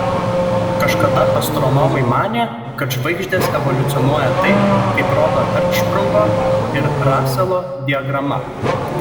kažkada astronomai manė kad žvaigždės evoliucionuoja taip kaip rodo hercšprungo ir raselo diagrama